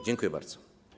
Dziękuję bardzo.